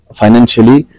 financially